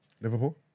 Liverpool